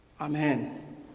Amen